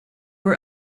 were